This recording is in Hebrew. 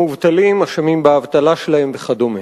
המובטלים אשמים באבטלה שלהם וכדומה.